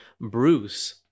Bruce